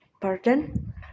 Pardon